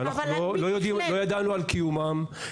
שאנחנו לא ידענו על קיומן,